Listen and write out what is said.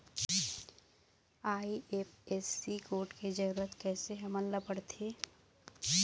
IFSC code के जरूरत कैसे हमन ला पड़थे?